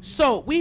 so we